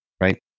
right